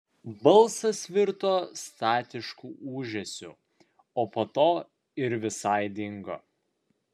balsas virto statišku ūžesiu o po to ir visai dingo